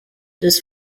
this